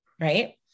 Right